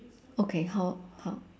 okay how how